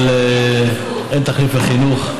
אבל אין תחליף לחינוך.